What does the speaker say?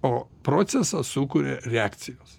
o procesą sukuria reakcijos